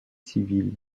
civil